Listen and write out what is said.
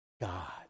God